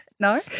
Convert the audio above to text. No